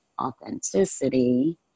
authenticity